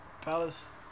Palace